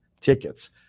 tickets